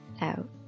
out